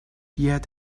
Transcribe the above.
yet